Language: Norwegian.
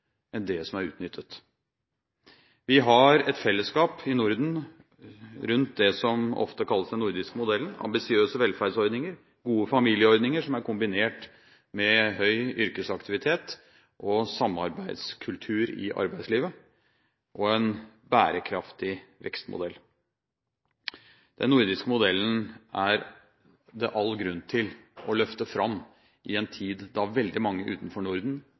som er utnyttet. Vi har et fellesskap i Norden rundt det som ofte kalles den nordiske modellen: ambisiøse velferdsordninger, gode familieordninger som er kombinert med høy yrkesaktivitet, en samarbeidskultur i arbeidslivet og en bærekraftig vekstmodell. Den nordiske modellen er det all grunn til å løfte fram i en tid da veldig mange utenfor Norden